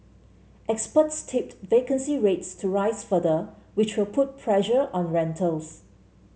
experts tipped vacancy rates to rise further which will put pressure on rentals